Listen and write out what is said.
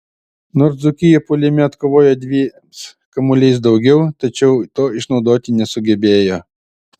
nors dzūkija puolime atkovojo dviems kamuoliais daugiau tačiau to išnaudoti nesugebėjo